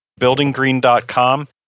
buildinggreen.com